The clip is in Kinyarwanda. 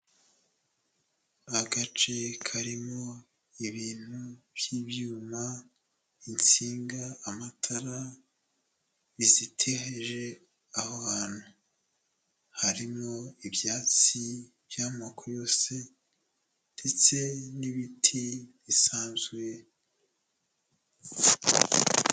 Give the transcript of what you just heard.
Icyumba kigaragara nkaho hari ahantu bigira ikoranabuhanga, hari abagabo babiri ndetse hari n'undi utari kugaragara neza, umwe yambaye ishati y'iroze undi yambaye ishati y'umutuku irimo utubara tw'umukara, imbere yabo hari amaterefoni menshi bigaragara ko bari kwihugura.